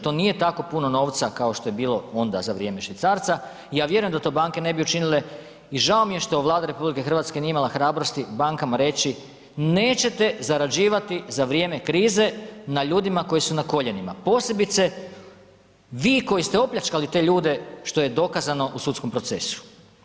To nije tako puno novca kao što je bilo onda za vrijeme švicarca, ja vjerujem da to banke ne bi učinile i žao mi je što Vlada RH nije imala hrabrosti reći, nećete zarađivati za vrijeme krize na ljudima koji su na koljenima, posebice vi koji ste opljačkali te ljude što je dokazano u sudskom procesu.